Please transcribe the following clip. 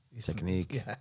Technique